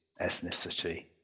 ethnicity